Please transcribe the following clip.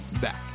back